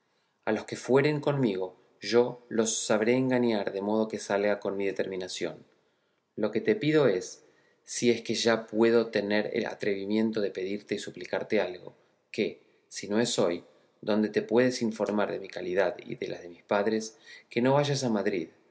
a los que fueren conmigo yo los sabré engañar de modo que salga con mi determinación lo que te pido es si es que ya puedo tener atrevimiento de pedirte y suplicarte algo que si no es hoy donde te puedes informar de mi calidad y de la de mis padres que no vayas más a madrid